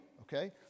okay